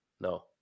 No